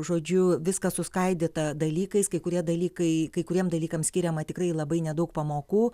žodžiu viskas suskaidyta dalykais kai kurie dalykai kai kuriem dalykam skiriama tikrai labai nedaug pamokų